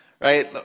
right